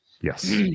Yes